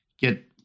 get